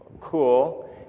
cool